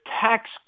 tax